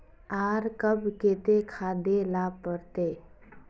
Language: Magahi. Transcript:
आर कब केते खाद दे ला पड़तऐ?